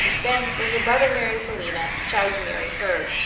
then when your brother marries aliena, shall you marry her.